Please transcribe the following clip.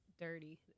dirty